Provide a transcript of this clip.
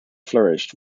flourished